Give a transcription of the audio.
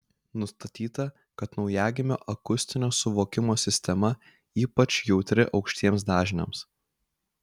nustatyta kad naujagimio akustinio suvokimo sistema ypač jautri aukštiems dažniams